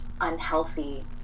unhealthy